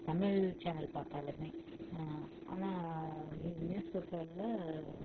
Tamil channel பார்த்தாலும்மே ஆனால் news பேப்பரில்